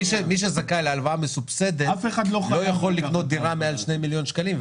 מי שזכאי להלוואה מסובסדת לא יכול לקנות דירה מעל 2 מיליון שקלים,